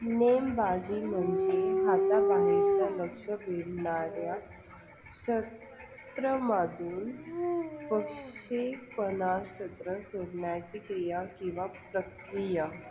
नेमबाजी म्हणजे हाताबाहेरचं लक्ष भेदणाऱ्या शस्त्र मधून प्रक्षेपणास्त्र सोडण्याची क्रिया किंवा प्रक्रिया